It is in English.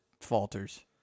falters